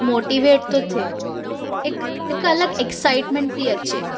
motivate थो थिए हिक हिक अलॻि एक्साइटमेंट थी अचे